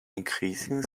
increasing